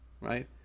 right